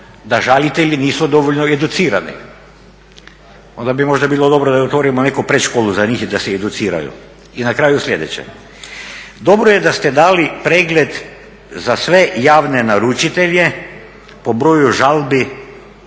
da žalitelji nisu dovoljno educirani. Onda bi možda bilo dobro da i otvorimo neku predškolu za njih da se educiraju. I na kraju sljedeće, dobro je da ste dali pregled za sve javne naručitelje po broju žalbi,